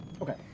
Okay